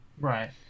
Right